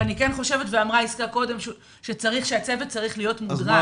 ואני כן חושבת שהצוות צריך להיות מודרך כמו שאמרה יסכה קודם.